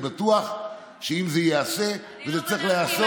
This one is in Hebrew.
אני בטוח שאם זה ייעשה וזה צריך להיעשות,